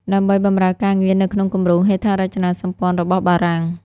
ដើម្បីបម្រើការងារនៅក្នុងគម្រោងហេដ្ឋារចនាសម្ព័ន្ធរបស់បារាំង។